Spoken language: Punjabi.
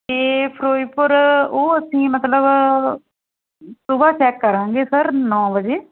ਅਤੇ ਫਿਰੋਜ਼ਪੁਰ ਉਹ ਅਸੀਂ ਮਤਲਬ ਸੁਬਹ ਚੈੱਕ ਕਰਾਂਗੇ ਸਰ ਨੌ ਵਜੇ